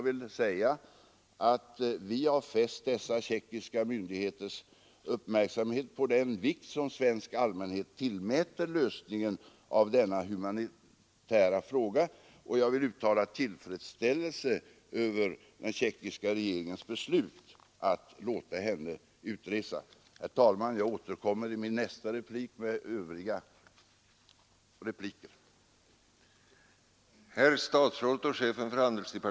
Vi har fäst tjeckiska myndigheters uppmärksamhet på den vikt svensk allmänhet tillmäter lösningen av denna humanitära fråga, och jag vill uttala tillfredsställelse över den tjeckiska regeringens beslut att låta henne utresa. Herr talman! Jag återkommer med övriga repliker.